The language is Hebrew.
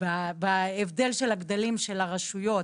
בהבדל של גודל הרשויות,